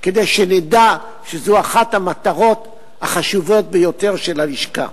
כדי שנדע שזו אחת המטרות החשובות ביותר של הלשכה.